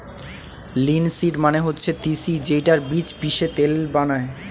linseed মানে হচ্ছে তিসি যেইটার বীজ পিষে তেল বানায়